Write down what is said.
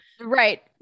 right